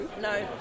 no